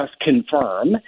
confirm